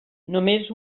només